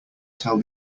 tell